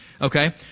Okay